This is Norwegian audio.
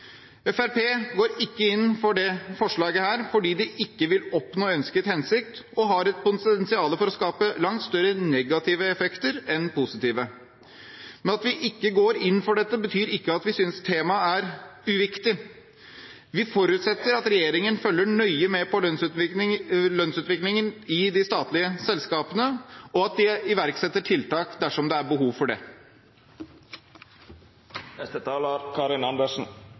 Fremskrittspartiet går ikke inn for dette forslaget fordi det ikke vil oppnå ønsket hensikt, og har potensial for å skape langt større negative effekter enn positive. Men at vi ikke går inn for dette, betyr ikke at vi synes temaet er uviktig. Vi forutsetter at regjeringen følger nøye med på lønnsutviklingen i de statlige selskapene, og at den iverksetter tiltak dersom det er behov for det.